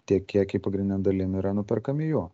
tie kiekiai pagrindine dalim yra nuperkami jų